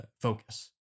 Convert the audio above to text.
focus